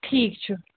ٹھیٖک چھُ